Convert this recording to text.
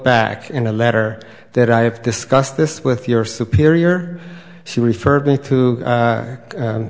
back in a letter that i have discussed this with your superior she referred me to